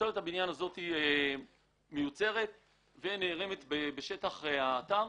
פסולת הבניין הזאת מיוצרת ונערמת בשטח האתר.